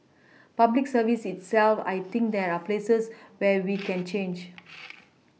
public service itself I think there are places where we can change